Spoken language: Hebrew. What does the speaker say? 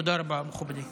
תודה רבה, מכובדיי.